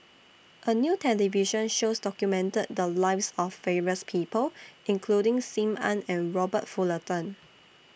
A New television shows documented The Lives of various People including SIM Ann and Robert Fullerton